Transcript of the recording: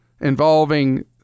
involving